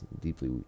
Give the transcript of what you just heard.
deeply